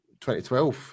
2012